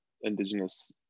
indigenous